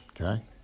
okay